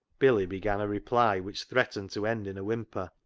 billy began a reply which threatened to end in a whimper,